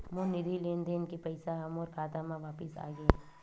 मोर निधि लेन देन के पैसा हा मोर खाता मा वापिस आ गे